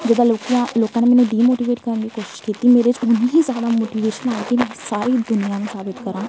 ਜਿੱਦਾਂ ਲੋਕੀਆ ਲੋਕਾਂ ਨੇ ਮੈਨੂੰ ਡੀਮੋਟੀਵੇਟ ਕਰਨ ਦੀ ਕੋਸ਼ਿਸ਼ ਕੀਤੀ ਮੇਰੇ 'ਚ ਉੰਨੀ ਹੀ ਜ਼ਿਆਦਾ ਮੋਟੀਵੇਸ਼ਨ ਆਈ ਕਿ ਮੈਂ ਸਾਰੀ ਦੁਨੀਆਂ ਨੂੰ ਸਾਬਿਤ ਕਰਾਂ